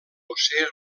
josé